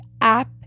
app